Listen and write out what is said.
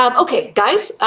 um okay, guys,